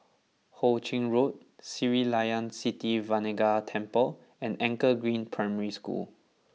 Ho Ching Road Sri Layan Sithi Vinayagar Temple and Anchor Green Primary School